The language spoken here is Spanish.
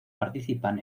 participan